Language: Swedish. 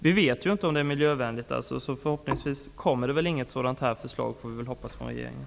Vi vet ju inte om brobygget blir miljövänligt, så förhoppningsvis kommer inget förslag att läggas fram av regeringen.